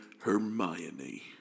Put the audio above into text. Hermione